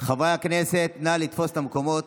חברי הכנסת, נא לתפוס את המקומות.